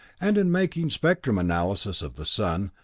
and in making spectrum analyses of the sun,